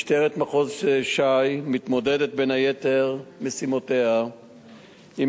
משטרת מחוז ש"י מתמודדת בין יתר משימותיה עם